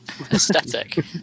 Aesthetic